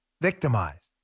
victimized